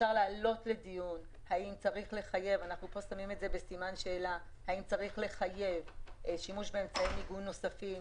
אפשר להעלות לדיון את השאלה האם צריך לחייב שימוש באמצעי מיגון נוספים